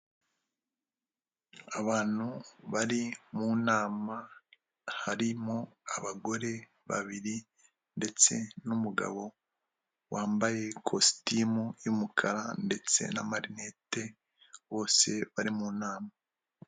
Abantu bari mu nama, harimo abagore babiri ndetse n'umugabo wambaye ikositimu y'umukara ndetse n'amarinete, bose bari mu nama.